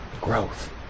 Growth